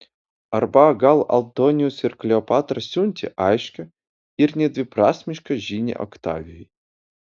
arba gal antonijus ir kleopatra siuntė aiškią ir nedviprasmišką žinią oktavijui